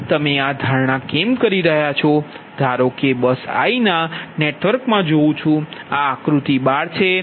તમે આ ધારણા કેમ કરી રહ્યા છો ધારો કે બસ i આ નેટવર્કમાં જોઉં છું આ આકૃતિ 12 છે